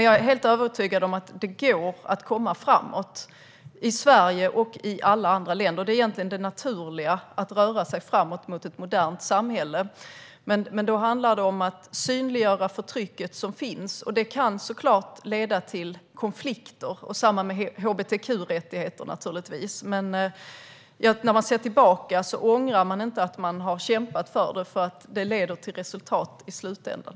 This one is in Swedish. Jag är helt övertygad om att det går att komma framåt i Sverige och i alla andra länder. Det är egentligen det naturliga att röra sig framåt mot ett modernt samhälle. Då handlar det om att synliggöra det förtryck som finns. Det kan såklart leda till konflikter. Detsamma gäller naturligtvis hbtq-rättigheter. När man ser tillbaka ångrar man inte att man har kämpat för det, eftersom det leder till resultat i slutänden.